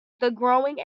growing